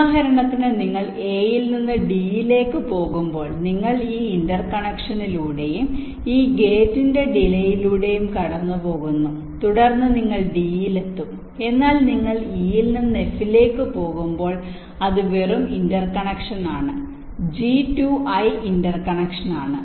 ഉദാഹരണത്തിന് നിങ്ങൾ എയിൽ നിന്ന് ഡിയിലേക്ക് പോകുമ്പോൾ നിങ്ങൾ ഈ ഇന്റർകണക്ഷനിലൂടെയും ഈ ഗേറ്റിന്റെ ഡിലെലൂടെയും കടന്നുപോകുന്നു തുടർന്ന് നിങ്ങൾ ഡിയിലെത്തും എന്നാൽ നിങ്ങൾ ഇയിൽ നിന്ന് എഫിലേക്ക് പോകുമ്പോൾ അത് വെറും ഇന്റർകണക്ഷൻ ആണ് ജി ടു ഐ ഇന്റർകണക്ഷൻ ആണ്